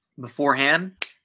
beforehand